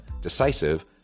decisive